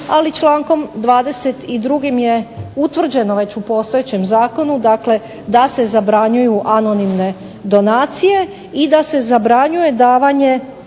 Ali člankom 22. je utvrđeno već u postojećem zakonu da se zabranjuju anonimne donacije i da se zabranjuje davanje